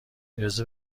اجازه